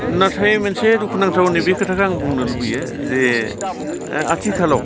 नाथाय मोनसे दुखुनांथावनि बे खोथाखौ आं बुंनो लुबैयो जे आथिखालाव